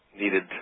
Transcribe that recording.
needed